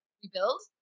rebuild